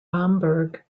bamberg